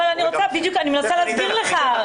אני בדיוק מנסה להסביר לך.